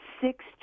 six